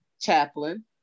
chaplain